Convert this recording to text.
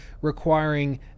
requiring